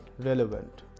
relevant